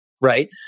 right